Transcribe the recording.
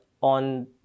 on